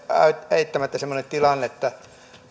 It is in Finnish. eittämättä semmoinen tilanne että